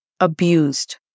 abused